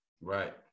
Right